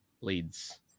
leads